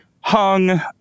hung